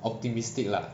optimistic lah